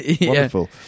Wonderful